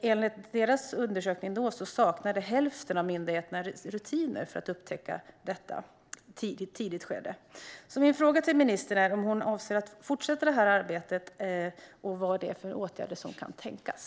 Enligt deras undersökning saknade hälften av myndigheterna rutiner för att upptäcka detta i ett tidigt skede. Min fråga till ministern är om hon avser att fortsätta det här arbetet och vad det är för åtgärder som kan tänkas.